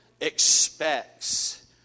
expects